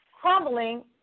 crumbling